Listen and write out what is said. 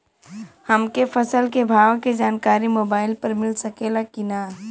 हमके फसल के भाव के जानकारी मोबाइल पर मिल सकेला की ना?